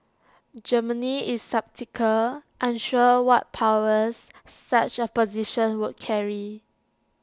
Germany is sceptical unsure what powers such A position would carry